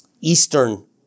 eastern